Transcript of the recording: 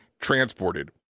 transported